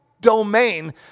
domain